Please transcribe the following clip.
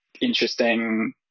interesting